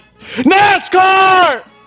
NASCAR